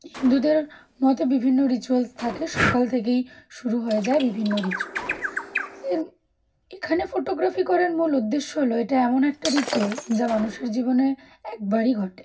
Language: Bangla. হিন্দুদের মতে বিভিন্ন রিচুয়ালস থাকে সকাল থেকেই শুরু হয়ে যায় বিভিন্ন রিচুয়াল এর এখানে ফটোগ্রাফি করার মূল উদ্দেশ্য হলো এটা এমন একটা রিচুয়াল যা মানুষের জীবনে একবারই ঘটে